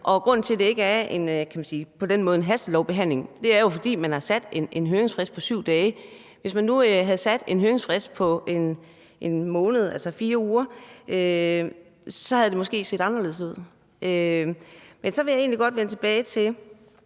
på den måde ikke er en hastelovbehandling, har man jo sat en høringsfrist på 7 dage. Hvis man nu havde sat en høringsfrist på 1 måned, altså 4 uger, så havde det måske set anderledes ud. Men så vil jeg egentlig godt vende tilbage til